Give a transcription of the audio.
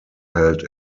held